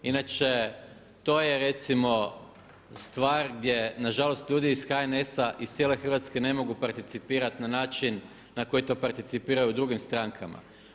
Inače, to je recimo stvar gdje nažalost ljudi iz HNS-a, iz cijele Hrvatske ne mogu participirati na način na koji to participiraju u drugim strankama.